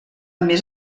més